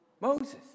Moses